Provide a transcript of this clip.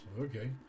Okay